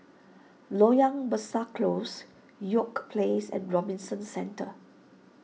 Loyang Besar Close York Place and Robinson Centre